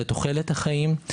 לתוחלת החיים,